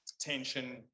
tension